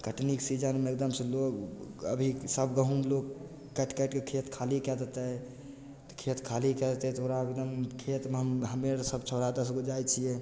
कटनीके सीजनमे एकदमसँ लोग अभी सभ गहुँम लोग काटि काटि कऽ खेत खाली कए देतय तऽ खेत खाली कए देतय तऽ ओकरा बिना खेतमे हमर सभ छौड़ा दसगो जाइ छियै